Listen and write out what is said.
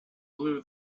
blew